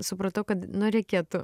supratau kad nu reikėtų